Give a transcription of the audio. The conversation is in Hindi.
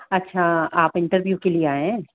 अच्छा आप इंटरव्यू के लिए आए हैं